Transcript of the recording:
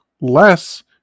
less